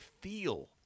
feel